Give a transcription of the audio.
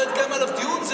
לא התקיים עליו דיון,